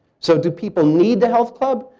so do people need the health club?